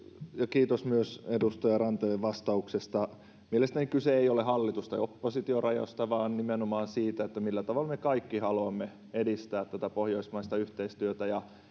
kiitos edustaja ranne vastauksesta mielestäni kyse ei ole hallitus oppositio rajasta vaan nimenomaan siitä millä tavalla me kaikki haluamme edistää tätä pohjoismaista yhteistyötä